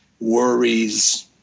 worries